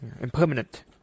Impermanent